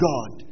God